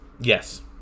Yes